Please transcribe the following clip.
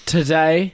Today